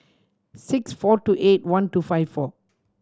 six four two eight one two five four